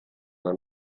una